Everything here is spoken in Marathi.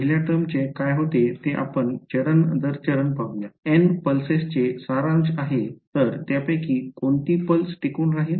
पहिल्या टर्मचे काय होते ते आपण चरण दर चरण पाहूया N पल्सेसचे सारांश आहे तर त्यापैकी कोणती पल्स टिकून राहील